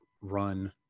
run